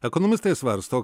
ekonomistai svarsto